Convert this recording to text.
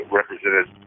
represented